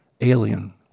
alien